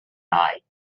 night